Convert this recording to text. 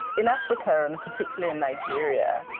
in africa, and particularly in nigeria,